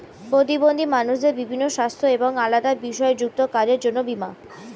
প্রতিবন্ধী মানুষদের বিভিন্ন সাস্থ্য এবং আলাদা বিষয় যুক্ত কাজের জন্য বীমা